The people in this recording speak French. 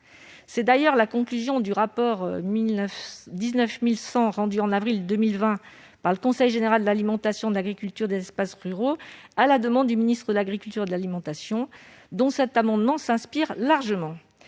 est d'ailleurs la conclusion du rapport n° 19-100 rendu en avril 2020 par le Conseil général de l'alimentation, de l'agriculture et des espaces ruraux à la demande du ministre de l'agriculture et de l'alimentation, rapport dont cette proposition s'inspire largement.